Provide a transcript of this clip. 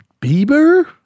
Bieber